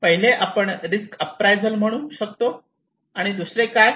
पहिले आपण risk appraisal म्हणू शकतो आणि दुसरे काय